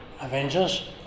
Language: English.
Avengers